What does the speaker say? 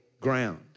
ground